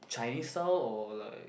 Chinese style or like